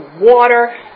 water